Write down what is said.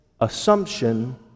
assumption